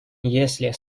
если